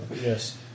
yes